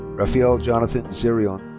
raphael jonathan zirion.